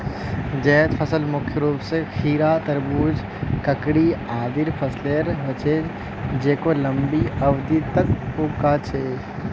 जैद फसलत मुख्य रूप स खीरा, तरबूज, ककड़ी आदिर फसलेर ह छेक जेको लंबी अवधि तक उग छेक